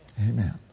Amen